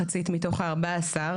מחצית מתוך ה-14,